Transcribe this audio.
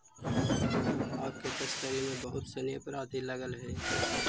भाँग के तस्करी में बहुत सनि अपराधी लगल हइ